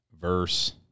verse